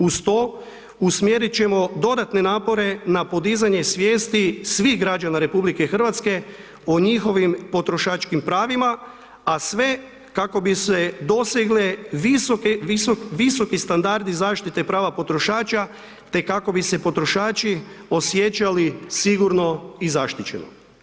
Uz to, usmjerit ćemo dodatne napore na podizanje svijesti svih građana RH o njihovim potrošačkim pravima a sve kako bi se dostigli visoki standardi zaštite prava potrošača te kako bi se potrošači osjećali sigurno i zaštićeno.